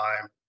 time